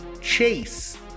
Chase